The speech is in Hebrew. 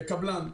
כקבלן,